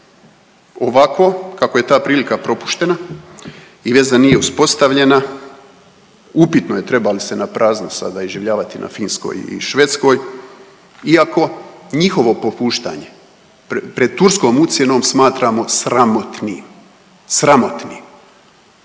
Ovako kako je ta prilika propuštena i veza nije uspostavljena upitno je treba li se na prazno sada iživljavati na Finskoj i Švedskoj iako njihovo popuštanje pred Turskom ucjenom smatramo sramotnim, sramotnim.